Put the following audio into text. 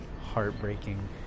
heartbreaking